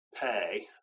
pay